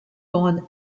grande